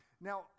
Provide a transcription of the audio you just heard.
Now